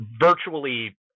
virtually